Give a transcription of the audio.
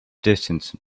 distance